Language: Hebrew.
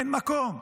אין מקום.